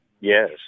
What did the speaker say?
Yes